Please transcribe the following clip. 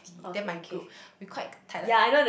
then my group we quite tired